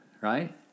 right